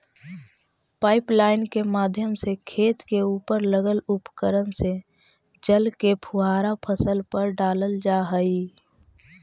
pipeline के माध्यम से खेत के उपर लगल उपकरण से जल के फुहारा फसल पर डालल जा हइ